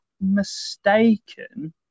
mistaken